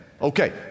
Okay